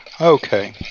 Okay